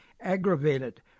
aggravated